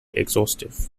exhaustive